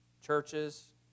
churches